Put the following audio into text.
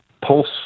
pulse